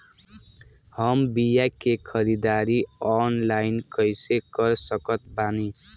हम बीया के ख़रीदारी ऑनलाइन कैसे कर सकत बानी?